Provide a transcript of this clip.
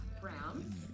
Brown